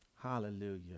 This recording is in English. Hallelujah